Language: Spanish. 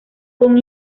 con